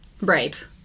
Right